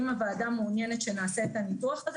ואם הוועדה מעוניינת שנעשה את הניתוח הזה